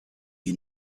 you